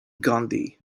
gandhi